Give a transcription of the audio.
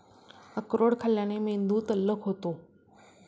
अक्रोड खाल्ल्याने मेंदू तल्लख होतो